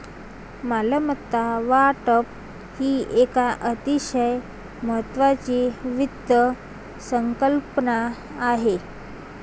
मालमत्ता वाटप ही एक अतिशय महत्वाची वित्त संकल्पना आहे